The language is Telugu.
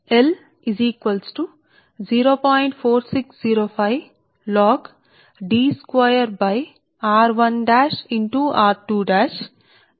4605 log కు సమానం అప్పుడు మీరు రెండింటిని log D2 r1'r2 గా మార్చండి